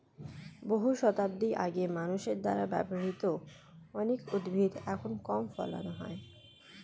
বহু শতাব্দী আগে মানুষের দ্বারা ব্যবহৃত অনেক উদ্ভিদ এখন কম ফলানো হয়